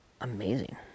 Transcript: amazing